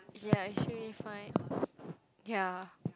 ya it should be fine ya